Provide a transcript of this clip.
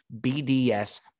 BDS